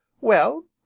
Well